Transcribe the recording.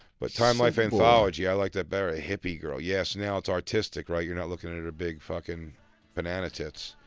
but time-life anthology, i like that better. a hippie girl. yeah, so now it's artistic, right? you're not lookin' at at her big, fuckin' banana tits.